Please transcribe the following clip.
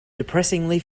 depressingly